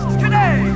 today